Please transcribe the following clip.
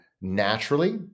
naturally